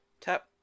tap